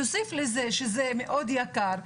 תוסיף לזה שזה מאוד יקר,